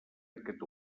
aquest